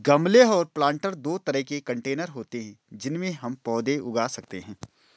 गमले और प्लांटर दो तरह के कंटेनर होते है जिनमें हम पौधे उगा सकते है